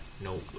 No